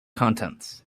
contents